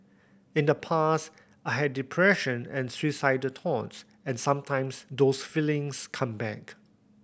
in the past I had depression and suicidal thoughts and sometimes those feelings come back